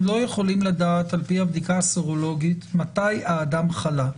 לא יכולים לדעת על פי הבדיקה הסרולוגית מתי האדם חלה,